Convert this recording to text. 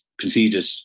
conceded